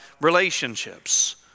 relationships